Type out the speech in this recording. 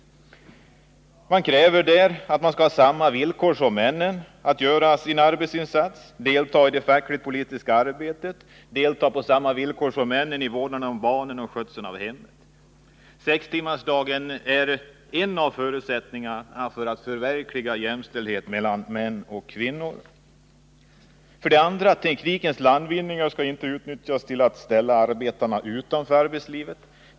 Kvinnorna kräver sin rätt att på samma villkor som männen göra sin arbetsinsats, delta i fackligt och politiskt arbete och delta i vården av barnen och skötseln av hemmet. Sextimmarsdagen är en av förutsättningarna för att förverkliga jämställdheten mellan kvinnor och män. 2. Teknikens landvinning skall inte utnyttjas till att ställa arbetarna utanför arbetslivet.